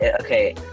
Okay